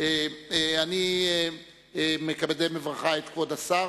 אני מקדם בברכה את כבוד השר.